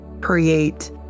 create